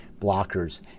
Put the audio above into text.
blockers